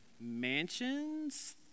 Mansions